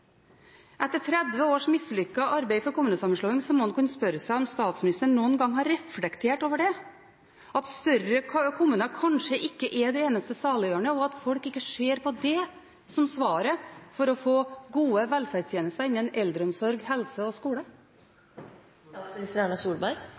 Etter 30 års mislykket arbeid for kommunesammenslåing må en kunne spørre seg om statsministeren noen gang har reflektert over det – at større kommuner kanskje ikke er det eneste saliggjørende, og at folk ikke ser på det som svaret for å få gode velferdstjenester innenfor eldreomsorg, helse og skole?